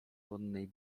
wonnej